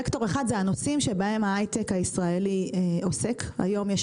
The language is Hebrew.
וקטור אחד זה הנושאים שבהם ההייטק הישראלי עוסק היום.